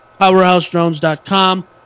powerhousedrones.com